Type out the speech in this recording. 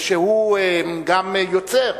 שהוא גם יוצר,